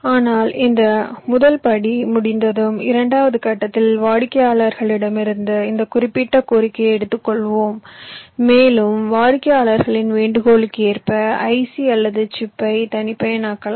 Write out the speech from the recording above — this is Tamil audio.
ஆனால் இந்த முதல் படி முடிந்ததும் இரண்டாவது கட்டத்தில் வாடிக்கையாளர்களிடமிருந்து இந்த குறிப்பிட்ட கோரிக்கையை எடுத்துக்கொள்வோம் மேலும் வாடிக்கையாளர்களின் வேண்டுகோளுக்கு ஏற்ப ஐசி அல்லது சிப்பை தனிப்பயன் ஆக்கலாம்